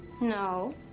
No